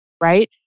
right